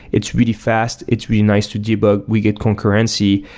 it's really fast, it's really nice to debug, we get concurrency,